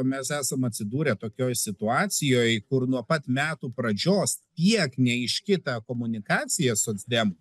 mes esam atsidūrę tokioj situacijoj kur nuo pat metų pradžios tiek neaiški ta komunikacija socdem